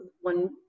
one